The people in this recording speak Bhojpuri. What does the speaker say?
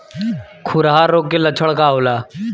खुरहा रोग के लक्षण का होला?